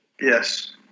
Yes